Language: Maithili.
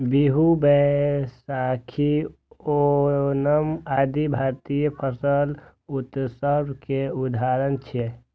बीहू, बैशाखी, ओणम आदि भारतीय फसल उत्सव के उदाहरण छियै